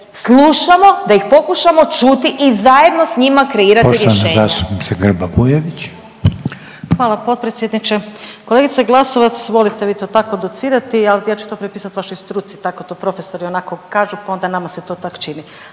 slušamo, da ih pokušamo čuti i zajedno s njima kreirati rješenja.